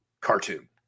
cartoon